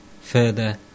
Further